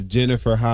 Jennifer